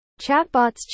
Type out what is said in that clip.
Chatbots